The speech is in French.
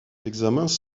examens